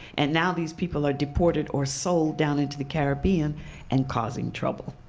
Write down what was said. and now these people are deported or sold down into the caribbean and causing trouble.